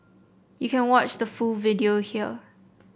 you can watch the full video here